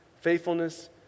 faithfulness